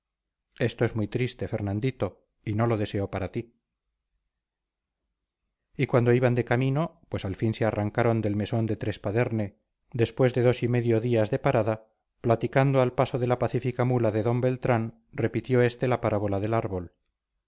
esto es muy triste fernandito y no lo deseo para ti y cuando iban de camino pues al fin se arrancaron del mesón de trespaderne después de dos y medio días de parada platicando al paso de la pacífica mula de d beltrán repitió este la parábola del árbol